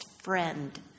friend